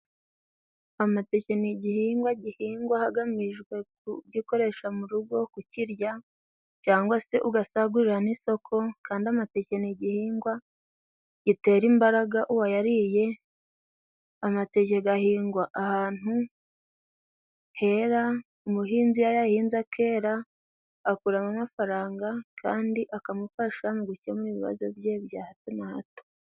Amateke ni igihingwa gihingwa hagamijwe kugikoresha mu rugo kukirya, cyangwa se ugasagurira n'isoko, kandi amateke ni igihingwa gitera imbaraga uwayariye. Amateke gahingwa ahantu hera, umuhinzi iyo ayahinze akera, akuramo amafaranga kandi akamufasha mu gukemura ibibazo bye bya hato na hato.